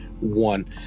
one